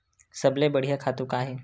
सबले बढ़िया खातु का हे?